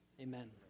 amen